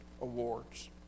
awards